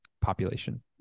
population